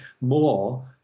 more